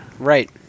Right